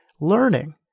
learning